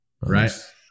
right